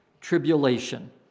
tribulation